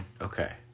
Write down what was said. Okay